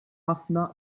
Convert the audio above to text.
ħafna